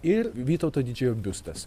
ir vytauto didžiojo biustas